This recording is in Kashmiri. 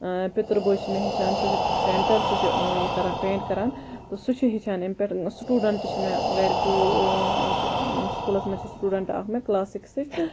پِتُر بوے چھُ مےٚ ہیٚچھان سُہ چھُ پینٹَر سُہ چھُ یہِ کران پینٹ کَران تہٕ سُہ چھُ ہیٚچھان امہِ پیٚٹھ سٹوڈنٹ چھِ مےٚ گَرِ ییٚتہِ سُکوٗلَس مَنٛز چھِ سٹوڈنٹ اکھ مےٚ کلاس سِکِستھِچ